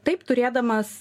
taip turėdamas